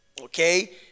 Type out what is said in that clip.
okay